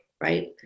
Right